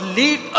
lead